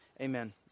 Amen